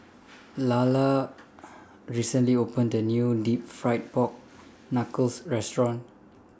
Lalla recently opened A New Deep Fried Pork Knuckles Restaurant